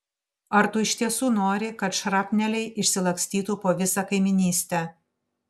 ar tu iš tiesų nori kad šrapneliai išsilakstytų po visą kaimynystę